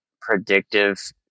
predictive